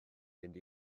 mynd